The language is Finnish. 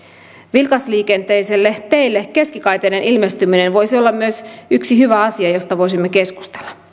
vilkasliikenteisille teille keskikaiteiden ilmestyminen voisi olla myös yksi hyvä asia josta voisimme keskustella